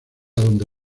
donde